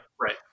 Right